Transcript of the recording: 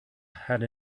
had